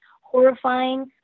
horrifying